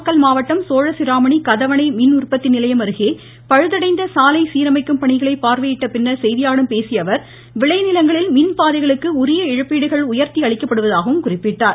நாமக்கல் மாவட்டம் சோழசிராமணி கதவணை மின் உற்பத்தி நிலையம் அருகே பழுதடைந்த சாலை சீரமைக்கும் பணிகளை பார்வையிட்ட பின்னர் செய்தியாளர்களிடம் பேசியஅவர் விளைநிலங்களில் மின் பாதைகளுக்கு உரிய இழப்பீடுகள் உயர்த்தி அளிக்கப்படுவதாகவும் அவர் குறிப்பிட்டார்